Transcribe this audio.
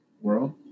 world